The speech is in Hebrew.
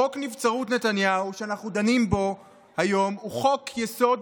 חוק נבצרות נתניהו שאנחנו דנים בו היום הוא חוק-יסוד